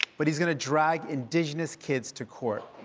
but he's going to drag indigenous kids to court.